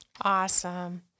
Awesome